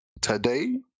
today